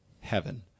heaven